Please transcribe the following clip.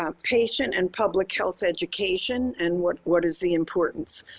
um patient and public health education, and what what is the importance.